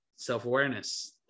self-awareness